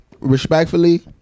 respectfully